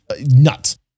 nuts